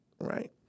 right